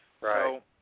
Right